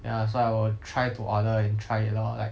ya so I will try to order and try it lor like